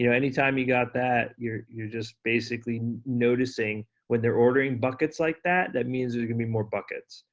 you know, any time you got that, you're you're just basically noticing when they're ordering buckets like that, that means there's gonna be more buckets.